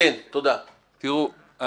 תראו,